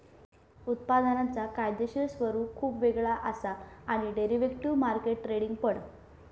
उत्पादनांचा कायदेशीर स्वरूप खुप वेगळा असा आणि डेरिव्हेटिव्ह मार्केट ट्रेडिंग पण